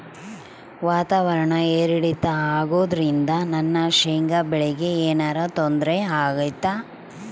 ವಾತಾವರಣ ಏರಿಳಿತ ಅಗೋದ್ರಿಂದ ನನ್ನ ಶೇಂಗಾ ಬೆಳೆಗೆ ಏನರ ತೊಂದ್ರೆ ಆಗ್ತೈತಾ?